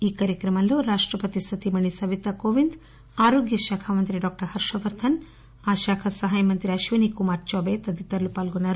ఈ కార్యక్రమంలో రాష్టపతి సతీమణి సవితా కోవింద్ ఆరోగ్య శాఖమంత్రి డాక్టర్ హర్షవర్దన్ ఆ శాఖ సహాయ మంత్రి అశ్వనీ కుమార్ చౌబే తదితరులు పాల్గొన్నారు